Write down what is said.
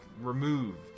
removed